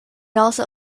also